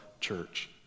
church